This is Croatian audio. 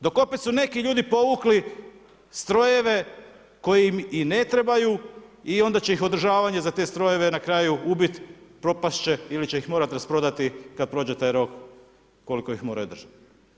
Dok opet su neki ljudi povukli strojeve koji im i ne trebaju i onda će ih održavanje za te strojeve na kraju ubit, propast će ili će ih morati rasprodati kad prođe taj rok koliko ih moraju držati.